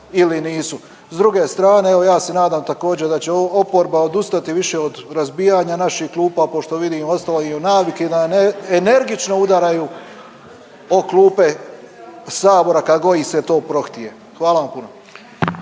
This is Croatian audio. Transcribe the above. S druge strane evo ja se nadam također da će oporba odustati više od razbijanja naših klupa. Pošto vidim ostalo je i u naviki da energično udaraju o klupe Sabora kad god im se to prohtije. Hvala vam puno.